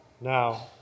Now